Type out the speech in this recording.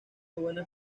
buenas